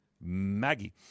Maggie